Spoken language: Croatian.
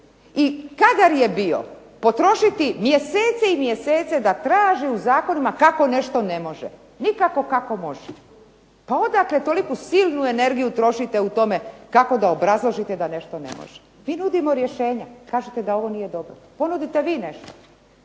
I kadar je bio potrošiti mjesece i mjesece da traži u zakonima kako nešto ne može, nikako kako može. Pa odakle toliku silnu energiju trošite u tome kako da obrazložite da nešto ne može. Mi nudimo rješenja. Kažete da ovo nije dobro. Ponudite vi nešto.